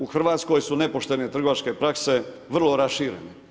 U Hrvatskoj su nepoštene trgovačke prakse vrlo raširene.